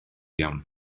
iawn